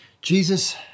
Jesus